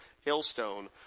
hailstone